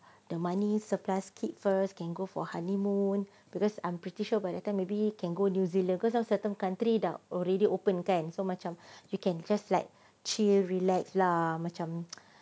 the money surplus keep first can go for honeymoon because I'm pretty sure by that time maybe can go new zealand because um certain country dah already open kan so macam you can just like chill relax lah macam